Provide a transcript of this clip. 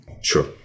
Sure